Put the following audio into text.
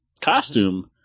costume